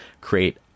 create